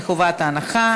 נמנעים.